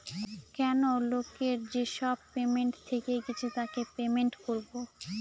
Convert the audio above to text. কেনো লোকের যেসব পেমেন্ট থেকে গেছে তাকে পেমেন্ট করবো